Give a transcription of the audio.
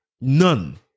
none